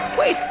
wait.